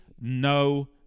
no